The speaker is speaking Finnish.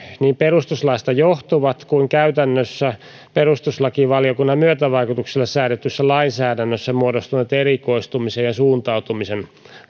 niin perustuslaista johtuvat kuin käytännössä perustuslakivaliokunnan myötävaikutuksella säädetyssä lainsäädännössä muodostuneet erikoistumisen ja suuntautumisen